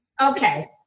Okay